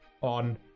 on